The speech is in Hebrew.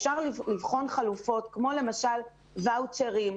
אפשר לבחון חלופות כמו למשל ואוצ'רים,